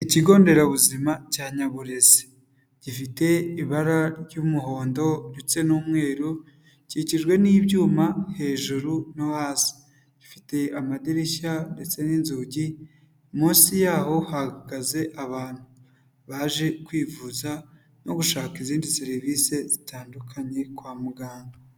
Ikigo nderabuzima cya Nyaburezi, gifite ibara ry'umuhondo ndetse n'umweru, gikikijwe n'ibyuma hejuru no hasi, gifite amadirishya ndetse n'inzugi, munsi yaho hahagaze abantu, baje kwivuza no gushaka izindi serivise zitandukanye kwa muganga.